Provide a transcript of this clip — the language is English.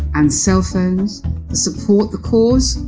and cell phones to support the cause?